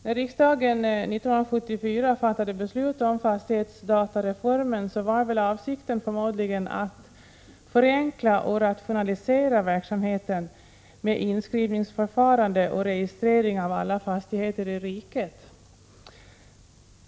När riksdagen 1974 fattade beslut om fastighetsdatareformen var avsikten förmodligen att förenkla och rationalisera verksamheten med inskrivningsförfarande och registrering av alla fastigheter i riket.